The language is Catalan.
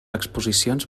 exposicions